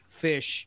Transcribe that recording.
fish